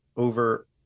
Over